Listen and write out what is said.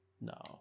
No